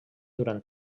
durant